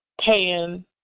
paying